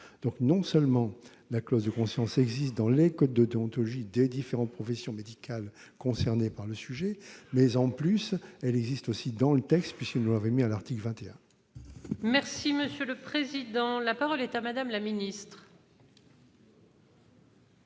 ». Non seulement la clause de conscience existe dans les codes de déontologie des différentes professions médicales concernées par le sujet, mais en plus elle figure aussi dans le texte puisque nous l'avons prévue à l'article 21 ! La parole est à Mme la ministre.